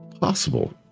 possible